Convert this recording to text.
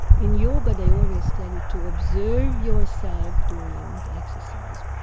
in yoga they always tell you to observe yourself doing the exercise.